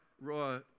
raw